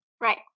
Right